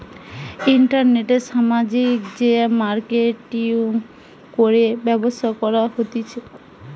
ইন্টারনেটে সামাজিক যে মার্কেটিঙ করে ব্যবসা করা হতিছে